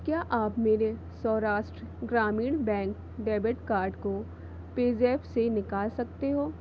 क्या आप मेरे Saurashtra Gramin bank debit card को पेज़ैप से निकाल सकते हो